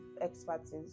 expertise